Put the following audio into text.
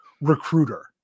recruiter